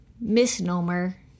misnomer